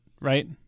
right